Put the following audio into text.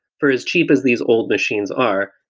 for as cheap as these old machines are,